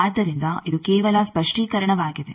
ಆದ್ದರಿಂದ ಇದು ಕೇವಲ ಸ್ಪಷ್ಟೀಕರಣವಾಗಿದೆ